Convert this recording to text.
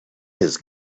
his